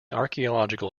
archaeological